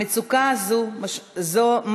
המצוקה הזאת משמעותית,